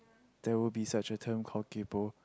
there will be such a term called kaypo